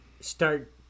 start